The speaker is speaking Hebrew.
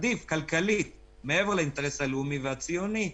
מעבר לאינטרס הלאומי והציוני,